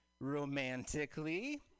romantically